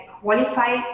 qualify